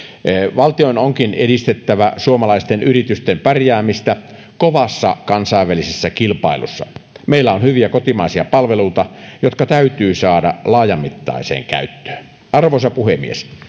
valtion onkin edistettävä suomalaisten yritysten pärjäämistä kovassa kansainvälisessä kilpailussa meillä on hyviä kotimaisia palveluita jotka täytyy saada laajamittaiseen käyttöön arvoisa puhemies